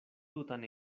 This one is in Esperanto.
tutan